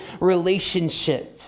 relationship